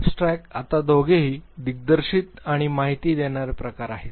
abstract आता दोघेही दिग्दर्शित आणि माहिती देणारे प्रकार आहेत